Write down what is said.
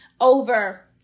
over